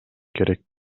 керек